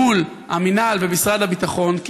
מול המינהל ומשרד הביטחון,